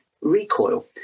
recoil